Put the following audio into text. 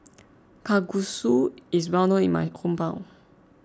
Kalguksu is well known in my hometown